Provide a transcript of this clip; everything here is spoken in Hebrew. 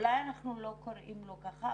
אולי אנחנו לא קוראים לו ככה,